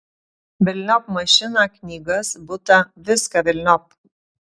velniop mašiną knygas butą viską velniop